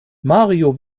mario